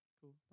cool